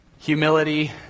humility